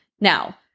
Now